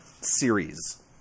series